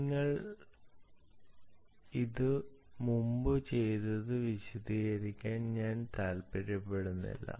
ഞങ്ങൾ ഇത് മുമ്പ് ചെയ്തത് വിശദീകരിക്കാൻ ഞാൻ താൽപ്പര്യപ്പെടുന്നില്ല